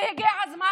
והגיע הזמן,